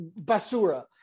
Basura